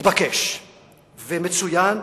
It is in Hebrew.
מתבקש ומצוין.